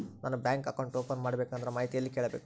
ನಾನು bank account open ಮಾಡಬೇಕಂದ್ರ ಮಾಹಿತಿ ಎಲ್ಲಿ ಕೇಳಬೇಕು?